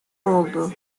oldu